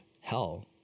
hell